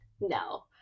no